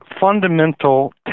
fundamental